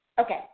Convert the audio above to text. Okay